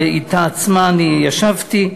ואתה עצמה אני ישבתי,